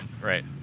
right